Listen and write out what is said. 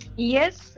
Yes